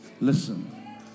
Listen